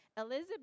Elizabeth